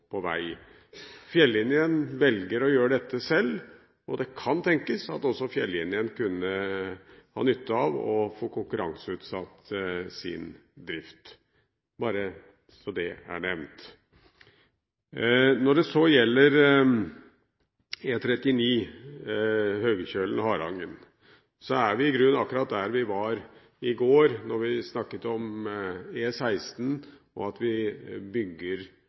på vei. Fjellinjen velger å gjøre dette selv, og det kan tenkes at også Fjellinjen kunne ha nytte av å få konkurranseutsatt sin drift, bare så det er nevnt. Når det gjelder E39 Høgkjølen–Harangen, er vi i grunnen akkurat der vi var i går da vi snakket om E16, og at vi bygger